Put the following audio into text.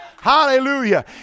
Hallelujah